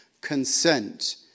Consent